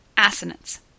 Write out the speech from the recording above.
Assonance